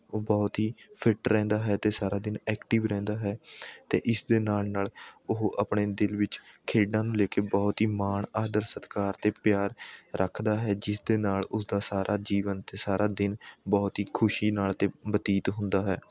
ਉਹ ਬਹੁਤ ਹੀ ਫਿੱਟ ਰਹਿੰਦਾ ਹੈ ਅਤੇ ਸਾਰਾ ਦਿਨ ਐਕਟਿਵ ਰਹਿੰਦਾ ਹੈ ਅਤੇ ਇਸ ਦੇ ਨਾਲ਼ ਨਾਲ਼ ਉਹ ਆਪਣੇ ਦਿਲ ਵਿੱਚ ਖੇਡਾਂ ਨੂੰ ਲੈ ਕੇ ਬਹੁਤ ਹੀ ਮਾਣ ਆਦਰ ਸਤਿਕਾਰ ਅਤੇ ਪਿਆਰ ਰੱਖਦਾ ਹੈ ਜਿਸ ਦੇ ਨਾਲ਼ ਉਸਦਾ ਸਾਰਾ ਜੀਵਨ ਅਤੇ ਸਾਰਾ ਦਿਨ ਬਹੁਤ ਹੀ ਖੁਸ਼ੀ ਨਾਲ਼ ਬਤੀਤ ਹੁੰਦਾ ਹੈ